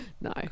No